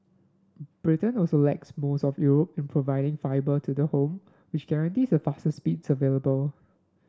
Britain also lags most of Europe in providing fibre to the home which guarantees the fastest speeds available